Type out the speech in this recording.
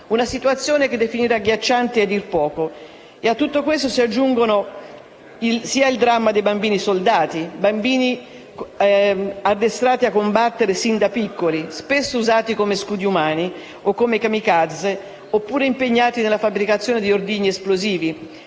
una situazione che definire agghiacciante è dir poco. A tutto questo si aggiunge il dramma dei bambini soldato, addestrati a combattere sin da piccoli, spesso usati come scudi umani o come *kamikaze*, oppure impegnati nella fabbricazione di ordigni esplosivi,